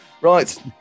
Right